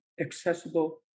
accessible